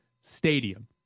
Stadium